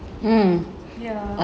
ya